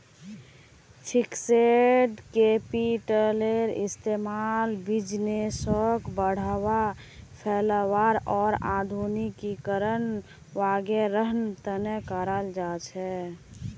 fixed कैपिटलेर इस्तेमाल बिज़नेसोक बढ़ावा, फैलावार आर आधुनिकीकरण वागैरहर तने कराल जाहा